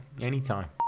anytime